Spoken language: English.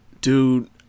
dude